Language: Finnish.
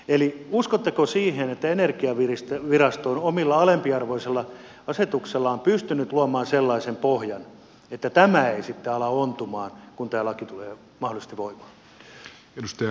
eli uskotteko siihen että energiavirasto on omalla alempiarvoisella asetuksellaan pystynyt luomaan sellaisen pohjan että tämä ei sitten ala ontumaan kun tämä laki tulee mahdollisesti voimaan